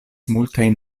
multajn